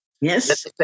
Yes